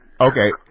okay